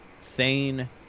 Thane